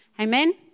Amen